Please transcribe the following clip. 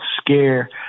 scare